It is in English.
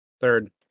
Third